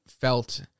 felt